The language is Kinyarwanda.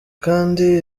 kandi